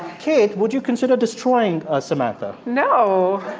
kate, would you consider destroying ah samantha? no